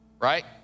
right